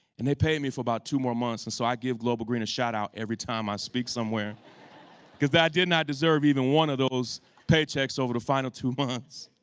and they paid me for about two more months. and so i give global green a shout out every time i speak somewhere because i did not deserve even one of those paychecks over the final two months.